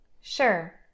Sure